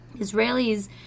Israelis